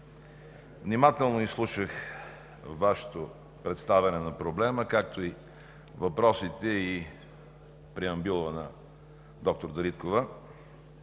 внимателно изслушах Вашето представяне на проблема, както и въпросите и преамбюла на доктор Дариткова.